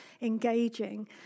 engaging